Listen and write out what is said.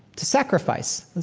to sacrifice. and